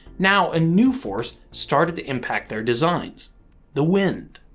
now a new force started to impact their designs the wind.